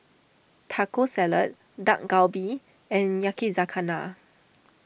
Taco Salad Dak Galbi and Yakizakana